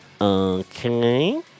Okay